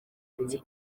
ati